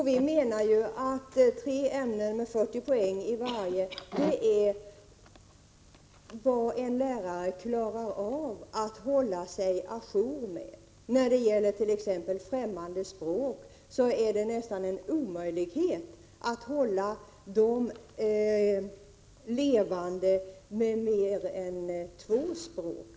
Vi anser att tre ämnen med 40 poäng i varje är vad en lärare klarar av att hålla sig å jour med. När det gäller t.ex. främmande språk är det nästan en omöjlighet att hålla kunskaperna levande i mer än två språk.